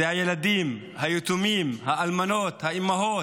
אלו הילדים היתומים, האלמנות, האימהות,